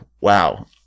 wow